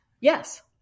Yes